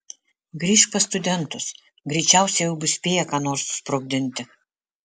grįžk pas studentus greičiausiai jau bus spėję ką nors susprogdinti